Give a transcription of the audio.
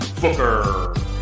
Booker